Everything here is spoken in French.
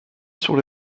sur